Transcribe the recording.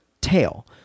tail